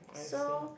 so